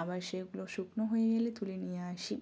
আবার সেগুলো শুকনো হয়ে গেলে তুলে নিয়ে আসি